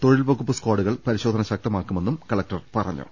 തൊഴിൽ വകുപ്പ് സ്കാഡുകൾ പരിശോ ധന ശക്തമാക്കുമെന്നും കലക്ടർ പറഞ്ഞു